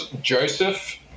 Joseph